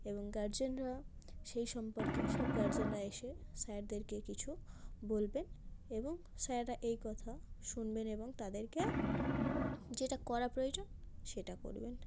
এবং গার্জেনরা সেই সম্পর্কে সব গার্জেনরা এসে স্যারদেরকে কিছু বলবেন এবং স্যাররা এই কথা শুনবেন এবং তাদেরকে যেটা করা প্রয়োজন সেটা করবেন